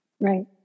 Right